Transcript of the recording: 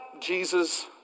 Jesus